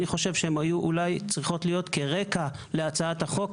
חושב שהיו צריכות להיות כרקע להצעת החוק,